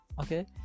Okay